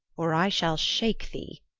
or i shall shake thee.